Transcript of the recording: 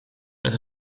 met